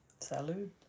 Salud